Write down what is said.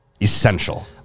Essential